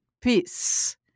Peace